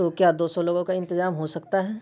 تو کیا دو سو لوگوں کا انتظام ہو سکتا ہے